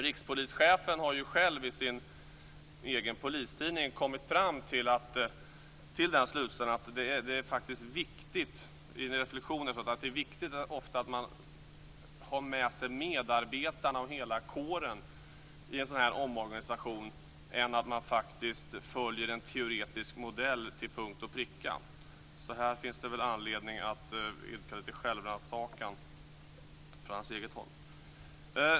Rikspolischefen har ju själv i sin egen polistidning kommit fram till slutsatsen att det faktiskt ofta är viktigare att man har med sig medarbetarna och hela kåren i en sådan här omorganisation än att man följer en teoretisk modell till punkt och pricka. Här finns det alltså anledning att idka lite självrannsakan från hans eget håll.